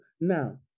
now